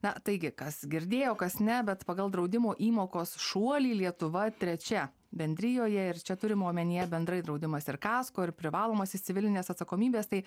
na taigi kas girdėjo kas ne bet pagal draudimo įmokos šuolį lietuva trečia bendrijoje ir čia turima omenyje bendrai draudimas ir kasko ir privalomasis civilinės atsakomybės tai